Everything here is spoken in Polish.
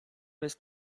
jest